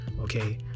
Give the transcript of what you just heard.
okay